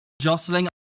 jostling